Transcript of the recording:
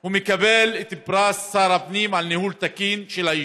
הוא מקבל את פרס שר הפנים על ניהול תקין של היישוב.